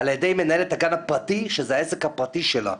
על ידי מנהלת הגן הפרטי שזה העסק הפרטי שלה.